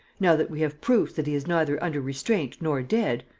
now that we have proofs that he is neither under restraint nor dead,